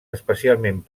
especialment